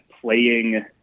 playing